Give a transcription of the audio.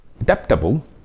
adaptable